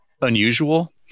unusual